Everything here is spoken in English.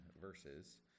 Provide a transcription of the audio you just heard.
verses